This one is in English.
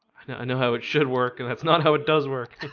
i know how it should work and that's not how it does work